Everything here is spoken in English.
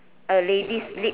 a lady's lip